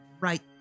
right